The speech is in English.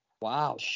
Wow